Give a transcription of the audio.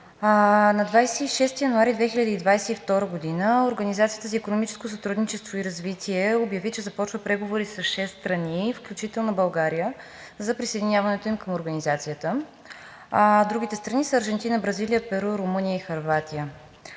на 26 януари 2022 г. Организацията за икономическо сътрудничество и развитие обяви, че започва преговори с шест страни, включително България, за присъединяването им към Организацията. Другите страни са Аржентина, Бразилия, Перу, Румъния и Хърватия.